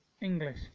English